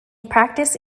practice